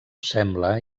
sembla